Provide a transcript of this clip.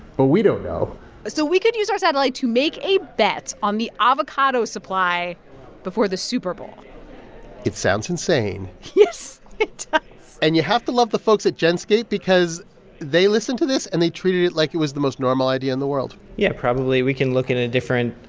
but we don't know so we could use our satellite to make a bet on the avocado supply before the super bowl it sounds insane yes, it does and you have to love the folks at genscape because they listened to this, and they treated it like it was the most normal idea in the world yeah. probably, we can look at a different